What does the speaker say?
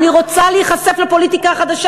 אני רוצה להיחשף לפוליטיקה החדשה,